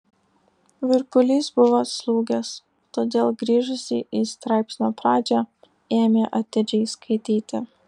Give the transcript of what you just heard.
virpulys buvo atslūgęs todėl grįžusi į straipsnio pradžią ėmė atidžiai skaityti